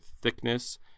thickness